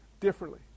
differently